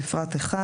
בפרט 1